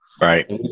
Right